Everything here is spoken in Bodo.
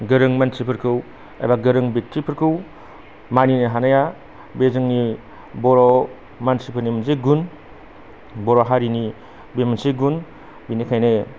गोरों मानसिफोरखौ एबा गोरों ब्यक्तफोरखौ मानिनो हानाया बे जोंनि बर' मानसिफोरनि मोनसे गुन बर' हारिनि बे मोनसे गुन बेनिखायनो